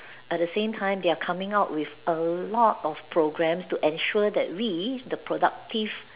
at the same time they are coming out with a lot of program to ensure that we the productive